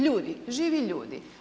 Ljudi, živi ljudi.